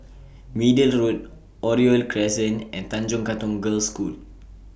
Middle Road Oriole Crescent and Tanjong Katong Girls' School